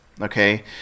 okay